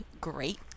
great